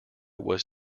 was